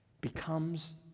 becomes